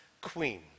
queen